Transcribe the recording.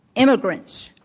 immigrants,